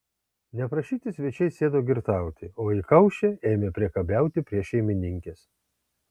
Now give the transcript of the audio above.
neprašyti svečiai sėdo girtauti o įkaušę ėmė priekabiauti prie šeimininkės